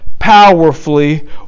Powerfully